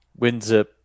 WinZip